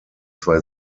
zwei